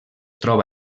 troba